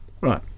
Right